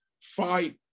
fight